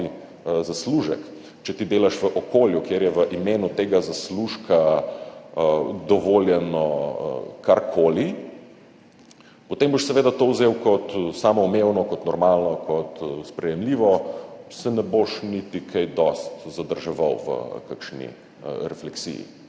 zaslužek, če ti delaš v okolju, kjer je v imenu tega zaslužka dovoljeno karkoli, potem boš seveda to vzel kot samoumevno, kot normalno, kot sprejemljivo, se ne boš niti kaj dosti zadrževal v kakšni refleksiji.